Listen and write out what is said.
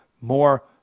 more